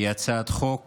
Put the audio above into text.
הצעת חוק